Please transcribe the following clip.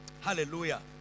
hallelujah